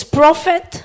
prophet